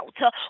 out